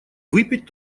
выпить